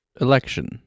Election